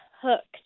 hooked